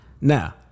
Now